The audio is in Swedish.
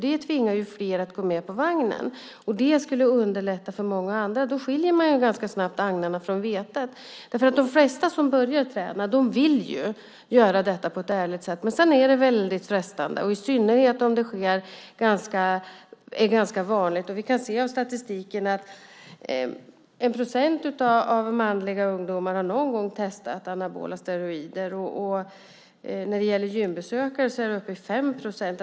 Det tvingar ju flera att komma med på vagnen. Det skulle underlätta för många andra. Då skiljer man ju ganska snabbt agnarna från vetet. De flesta som börjar träna vill ju göra detta på ett ärligt sätt. Men sedan är detta väldigt frestande, i synnerhet om det är ganska vanligt. Vi kan se av statistiken att 1 procent av manliga ungdomar någon gång har testat anabola steroider och när det gäller gymbesökare är det uppe i 5 procent.